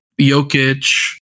jokic